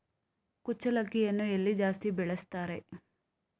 ಕುಚ್ಚಲಕ್ಕಿಯನ್ನು ಎಲ್ಲಿ ಜಾಸ್ತಿ ಬೆಳೆಸ್ತಾರೆ?